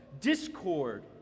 discord